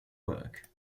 work